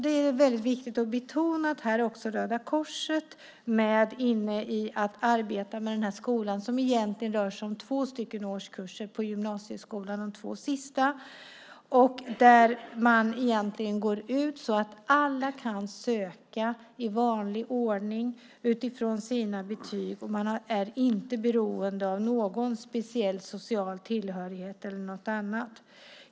Det är väldigt viktigt att betona att Röda Korset är med och arbetar med den här skolan. Det rör sig om två årskurser på gymnasieskolan, de två sista. Alla kan söka i vanlig ordning utifrån sina betyg. Man är inte beroende av någon speciell social tillhörighet eller något annat.